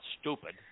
stupid